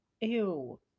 Ew